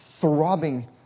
throbbing